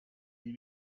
you